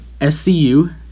SCU